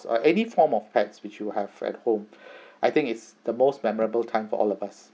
or any form of pets which you have at home I think it's the most memorable time for all of us